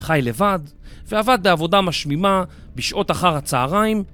חי לבד, ועבד בעבודה משמימה בשעות אחר הצהריים